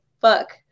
fuck